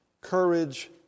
courage